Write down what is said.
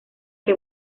que